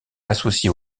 associé